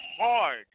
hard